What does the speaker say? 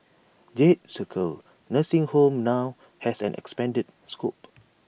jade circle nursing home now has an expanded scope